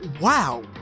wow